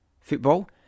football